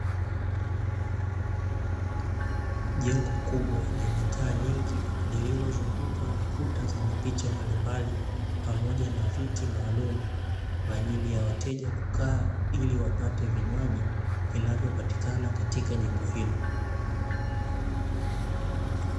Jengo kubwa lenye taa nyingi lililozungukwa na kuta zenye picha mbalimbali, pamoja na viti maalumu kwaajili ya wateja kukaa ili wapate vinywaji vinavopatikana katika jengo hilo.